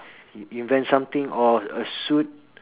in~ invent something or a suit